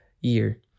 year